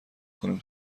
کنیم